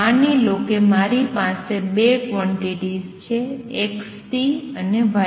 માની લો કે મારી પાસે ૨ ક્વોંટીટીઝ છે X અને Y